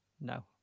No